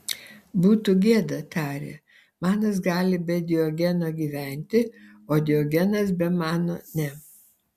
būtų gėda tarė manas gali be diogeno gyventi o diogenas be mano ne